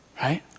Right